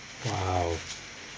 !wow!